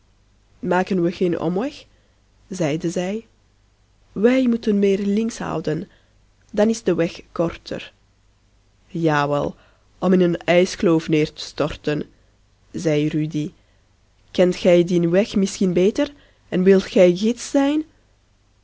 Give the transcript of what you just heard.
maken we geen omweg zeide zij wij moeten meer links houden dan is de weg korter jawel om in een ijskloof neer te storten zei rudy kent gij dien weg misschien beter en wilt gij gids zijn